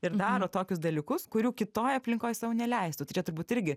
ir daro tokius dalykus kurių kitoj aplinkoj sau neleistų tai čia turbūt irgi